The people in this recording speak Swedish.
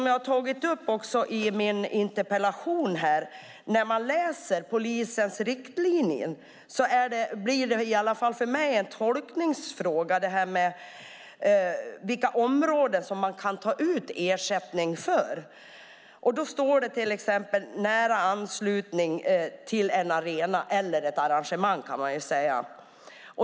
Jag tog upp i min interpellation att polisens riktlinjer blir en tolkningsfråga när det gäller vilka områden som polisen kan ta ut ersättning för. I riktlinjerna står det att insatserna ska ligga i nära anslutning till en arena eller ett arrangemang.